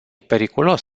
periculos